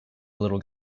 little